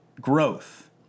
growth